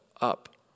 up